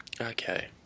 Okay